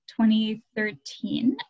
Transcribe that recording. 2013